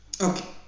Okay